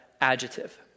adjective